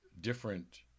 different